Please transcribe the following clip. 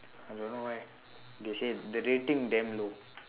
I don't know why they say the rating damn low